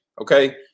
Okay